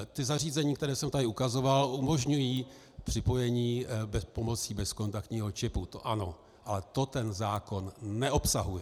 Ta zařízení, která jsem tady ukazoval, umožňují připojení pomocí bezkontaktního čipu, to ano, ale to ten zákon neobsahuje.